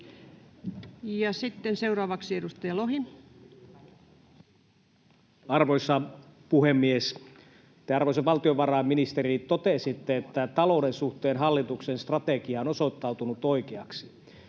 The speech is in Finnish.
täydentämisestä Time: 11:13 Content: Arvoisa puhemies! Te, arvoisa valtiovarainministeri, totesitte, että talouden suhteen hallituksen strategia on osoittautunut oikeaksi.